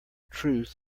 truth